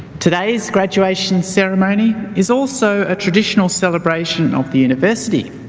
today's graduation ceremony is also a traditional celebration of the university.